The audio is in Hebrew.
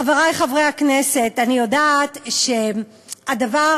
חברי חברי הכנסת, אני יודעת שהדבר